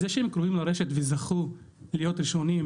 זה שהם מחוברים לרשת וזכו להיות ראשונים,